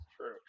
True